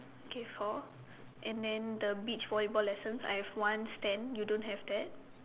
okay four and then the beach volleyball lessons I have one stand you don't have that